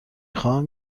خواهم